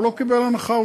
הוא לא קיבל הנחה.